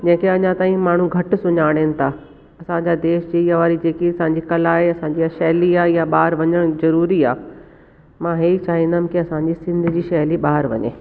जेके अञा ताईं माण्हू घटि सुञाणनि था असांजा देश जीअं जेकी असांजी कला आहे जीअं शैली आहे ईअं ॿार वञण ज़रूरी आ्हे मां इहे ई चाहिंदमि की असांजी सिंध जी शैली ॿाहिरि वञे